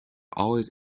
always